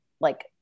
like-